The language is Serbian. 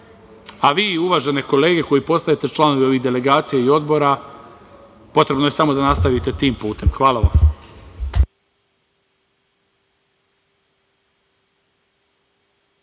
a vi uvažene kolege koji postajete članovi ovih delegacija i odbora, potrebno je samo da nastavite tim putem. Hvala vam.